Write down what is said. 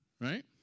Right